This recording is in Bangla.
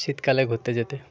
শীতকালে ঘুরতে যেতে